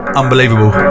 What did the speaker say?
unbelievable